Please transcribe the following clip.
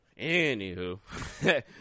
Anywho